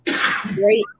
great